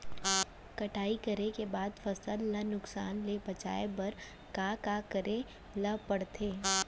कटाई करे के बाद फसल ल नुकसान ले बचाये बर का का करे ल पड़थे?